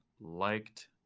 Liked